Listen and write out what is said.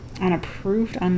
Unapproved